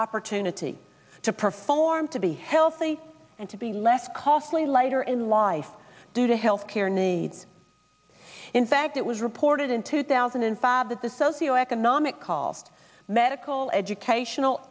opportunity to perform to be healthy and to be less costly later in life due to health care needs in fact it was reported in two thousand and five that the socioeconomic call medical educational